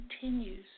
continues